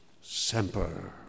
Semper